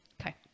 Okay